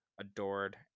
adored